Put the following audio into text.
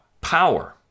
power